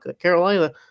Carolina